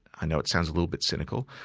i know it sounds a little bit cynical,